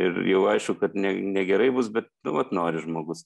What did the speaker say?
ir jau aišku kad ne negerai bus bet nu vat nori žmogus